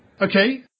Okay